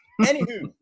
Anywho